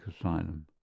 asylum